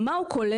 מה הוא כולל,